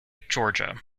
georgia